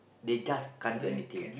they just can't do anything